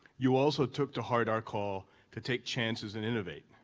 you also took to heart our call to take changes and innovate,